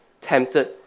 tempted